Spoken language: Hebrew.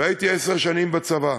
והייתי עשר שנים בצבא.